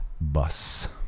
Bus